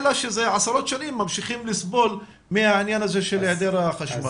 אלא שזה עשרות שנים ממשיכים לסבול מהעניין הזה של העדר החשמל.